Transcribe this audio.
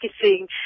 kissing